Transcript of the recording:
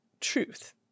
truth